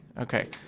Okay